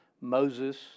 Moses